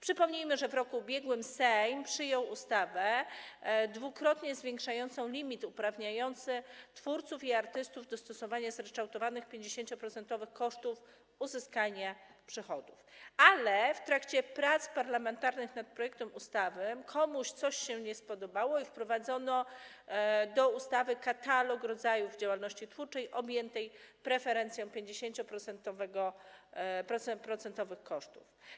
Przypomnijmy, że w roku ubiegłym Sejm przyjął ustawę dwukrotnie zwiększającą limit uprawniający twórców i artystów do stosowania zryczałtowanych 50-procentowych kosztów uzyskania przychodów, ale w trakcie prac parlamentarnych nad projektem ustawy komuś coś się nie spodobało i wprowadzono do ustawy katalog rodzajów działalności twórczej objętej preferencją dotyczącą 50-procentowych kosztów.